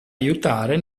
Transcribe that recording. aiutare